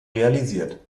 realisiert